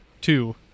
Two